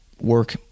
work